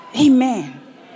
Amen